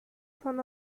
son